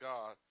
God